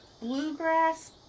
bluegrass